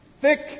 thick